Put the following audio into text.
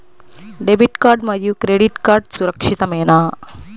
Debit card మరియు credit card సురక్షితమేనా?